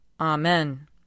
Amen